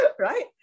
right